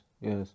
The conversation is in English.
yes